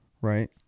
Right